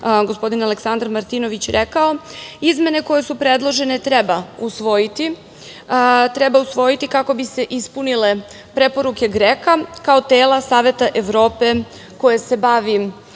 gospodin Aleksandar Martinović rekao, izmene koje su predložene treba usvojiti. Treba ih usvojiti kako bi se ispunile preporuke GREKO-a kao tela Savete Evrope koje se bavi